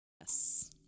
Yes